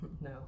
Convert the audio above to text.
No